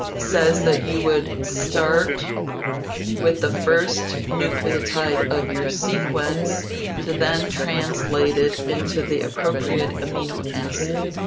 says that you would start with the first nucleotide of your sequence to then translate it into the appropriate amino acid.